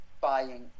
buying